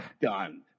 done